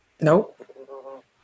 Nope